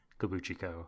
Kabuchiko